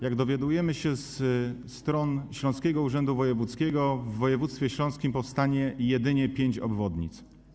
Jak dowiadujemy się ze stron Śląskiego Urzędu Wojewódzkiego, w województwie śląskim powstanie jedynie pięć obwodnic.